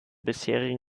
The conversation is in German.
bisherigen